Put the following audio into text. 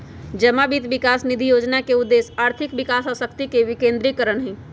जमा वित्त विकास निधि जोजना के उद्देश्य आर्थिक विकास आ शक्ति के विकेंद्रीकरण हइ